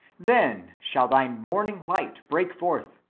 then shall thy morning light break forth,